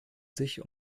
sich